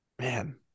Man